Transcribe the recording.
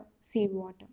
seawater